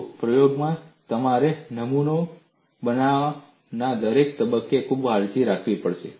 જુઓ પ્રયોગમાં તમારે નમૂના બનાવવાના દરેક તબક્કે ખૂબ કાળજી રાખવી પડશે